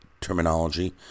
terminology